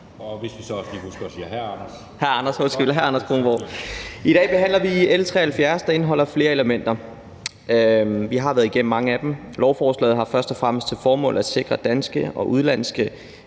Hvis vi så også lige husker at sige hr. Anders Kronborg). Hr. Anders Kronborg, undskyld. I dag behandler vi L 73, der indeholder flere elementer. Vi har været igennem mange af dem. Lovforslaget har først og fremmest til formål at sikre, at danske og udenlandske